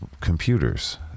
computers